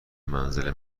منزل